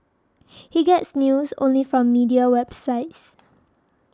he gets news only from media websites